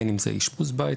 בין אם זה אשפוז בית,